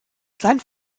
sein